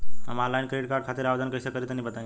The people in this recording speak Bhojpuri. हम आनलाइन क्रेडिट कार्ड खातिर आवेदन कइसे करि तनि बताई?